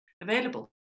available